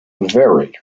vary